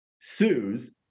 sues